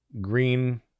green